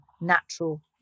natural